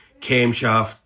camshaft